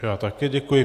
Já také děkuji.